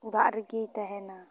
ᱚᱲᱟᱜ ᱨᱮᱜᱮᱭ ᱛᱟᱦᱮᱱᱟ